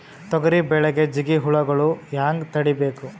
ತೊಗರಿ ಬೆಳೆಗೆ ಜಿಗಿ ಹುಳುಗಳು ಹ್ಯಾಂಗ್ ತಡೀಬೇಕು?